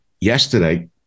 Yesterday